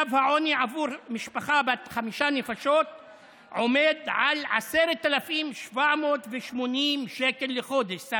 קו העוני עבור משפחה בת חמש נפשות עומד על 10,780 שקל לחודש.